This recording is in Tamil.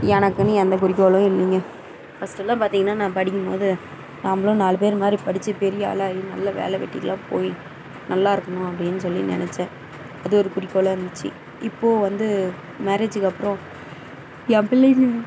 எனக்குன்னு எந்த குறிக்கோளும் இல்லைங்க ஃபர்ஸ்ட் எல்லாம் பார்த்திங்கன்னா நான் படிக்கும் போது நம்மளும் நாலு பேரு மாதிரி படித்து பெரிய ஆளாக ஆகி நல்ல வேலை வெட்டிக்கெலாம் போய் நல்லா இருக்கணும் அப்படின்னு சொல்லி நினச்சேன் அது ஒரு குறிக்கோளாக இருந்துச்சு இப்போது வந்து மேரேஜிக்கு அப்புறோம் என் பிள்ளைங்க